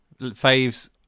faves